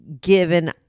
given